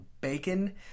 BACON